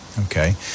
Okay